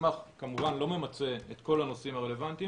המסמך כמובן לא ממצה את כל הנושאים הרלוונטיים